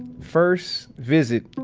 first visit,